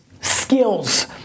skills